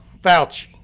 Fauci